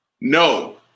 No